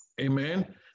amen